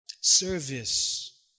Service